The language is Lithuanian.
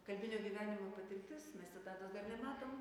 kalbinio gyvenimo patirtis mes citatos dar nematom